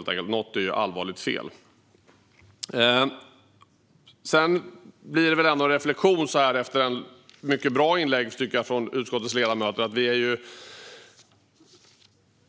Något är helt enkelt allvarligt fel. Jag ska göra en reflektion efter mycket bra inlägg från utskottets ledamöter.